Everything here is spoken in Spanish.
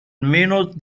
menos